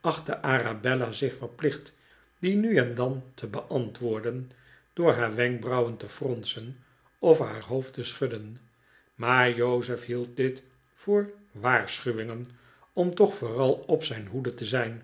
achtte arabella zich verplicht die nu en dan te beantwoorden door haar wenkbrauwen te fronsen of haar hoofd te schudden maar jozef hield dit voor waarschuwingen om toch vooral op zijn hoede te zijn